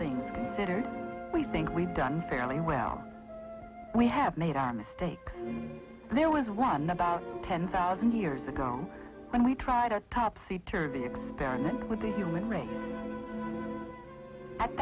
things that are we think we've done fairly well we have made our mistakes there was one about ten thousand years ago when we tried our topsy turvy experiment with the human race at